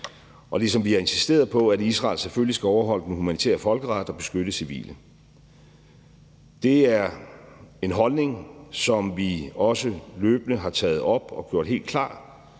og ligesom vi har insisteret på, at Israel selvfølgelig skal overholde den humanitære folkeret og beskytte civile. Det er en holdning, som vi også løbende har taget op og gjort helt klar